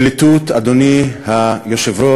פליטות, אדוני היושב-ראש,